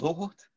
Lord